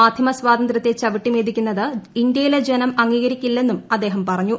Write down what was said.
മാധ്യമസ്വാതന്ത്ര്യത്തെ ചവിട്ടിമെതിക്കുന്നത് ഇന്ത്യയിലെ ജനം അംഗീകരിക്കില്ലെന്നും അദ്ദേഹം പറഞ്ഞു